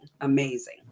amazing